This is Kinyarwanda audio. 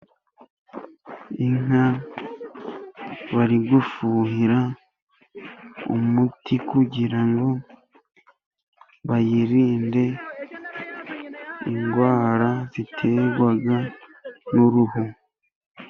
Inka bari gufuhira umuti kugira ngo bayirinde indwara ziterwa n'uruhu.